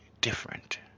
different